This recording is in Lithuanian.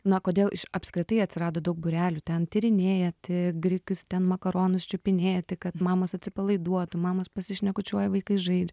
na kodėl apskritai atsirado daug būrelių ten tyrinėti grikius ten makaronus čiupinėti kad mamos atsipalaiduotų mamos pasišnekučiuoja vaikai žaidžia